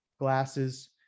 glasses